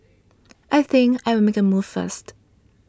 I think I will make a move first